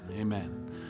amen